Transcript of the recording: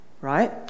right